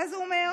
ואז הוא אמר: